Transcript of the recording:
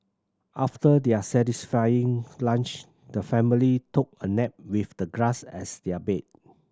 after their satisfying lunch the family took a nap with the grass as their bed